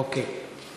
אוקיי.